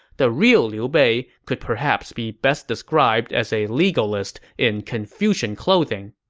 the real liu bei could perhaps be best described as a legalist in confucian clothing.